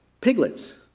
piglets